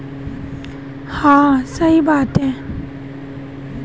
एक credit counsellor सबसे अच्छा काम करने वाली विधि चुनने में मदद करता है